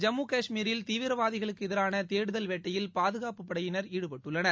ஜம்மு கஷ்மீரில் தீவிரவாதிகளுக்கு எதிரான தேடுதல் வேட்டையில் பாதுகாப்பு படையினர் ஈடுபட்டுள்ளனர்